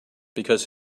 because